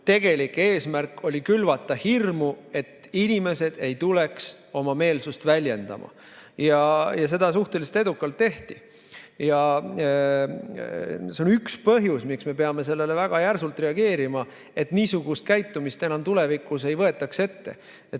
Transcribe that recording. tegelik eesmärk oli ju külvata hirmu, et inimesed ei tuleks oma meelsust väljendama. Ja seda suhteliselt edukalt tehti. See on üks põhjusi, miks me peame sellele väga järsult reageerima, et niisugust käitumist enam tulevikus ette ei võetaks, et